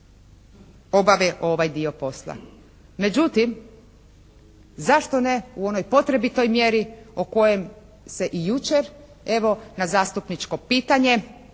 obave ovaj dio posla. Međutim zašto ne u onoj potrebitoj mjeri o kojem se i jučer evo na zastupničko pitanje,